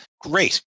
Great